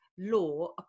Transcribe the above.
law